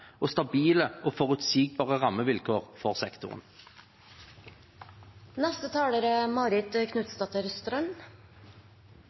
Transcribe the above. og stabile og forutsigbare rammevilkår for